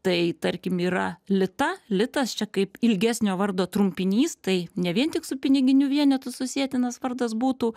tai tarkim yra lita litas čia kaip ilgesnio vardo trumpinys tai ne vien tik su piniginiu vienetu susietinas vardas būtų